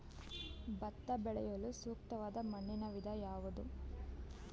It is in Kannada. ಭತ್ತ ಬೆಳೆಯಲು ಸೂಕ್ತವಾದ ಮಣ್ಣಿನ ವಿಧ ಯಾವುದು?